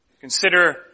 Consider